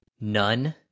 none